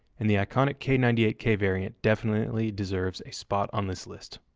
and the iconic k nine eight k variant definitely deserves a spot on this list.